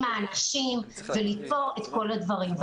עם האנשים ולתפור את כל הדברים.